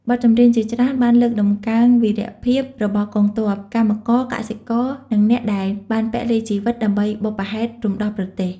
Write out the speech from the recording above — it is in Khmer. បទចម្រៀងជាច្រើនបានលើកតម្កើងវីរភាពរបស់កងទ័ព កម្មករ កសិករ និងអ្នកដែលបានពលីជីវិតដើម្បីបុព្វហេតុរំដោះប្រទេស។